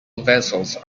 vessels